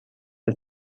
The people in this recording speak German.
das